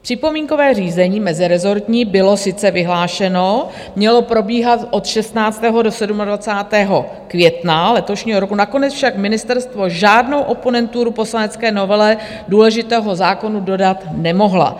Připomínkové řízení mezirezortní bylo sice vyhlášeno, mělo probíhat od 16. do 27. května letošního roku, nakonec však ministerstvo žádnou oponenturu poslanecké novele důležitého zákona dodat nemohla.